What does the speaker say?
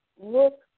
Look